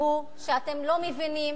הוא שאתם לא מבינים